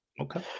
Okay